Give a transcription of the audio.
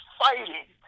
fighting